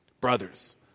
Brothers